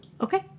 Okay